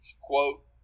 quote